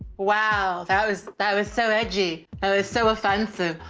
wow. that was, that was so edgy. oh, it's so offensive.